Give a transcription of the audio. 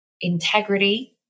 integrity